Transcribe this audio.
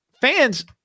fans